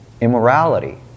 immorality